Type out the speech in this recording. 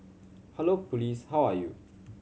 hello police how are you